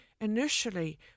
initially